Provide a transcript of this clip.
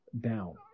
down